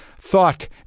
thought